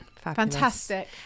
fantastic